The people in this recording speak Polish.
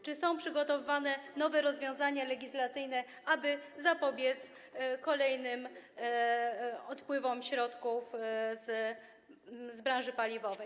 Czy są przygotowywane nowe rozwiązania legislacyjne, aby zapobiec kolejnym odpływom środków z branży paliwowej?